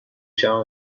شوم